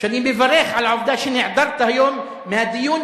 שאני מברך על העובדה שנעדרת היום מהדיון